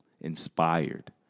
inspired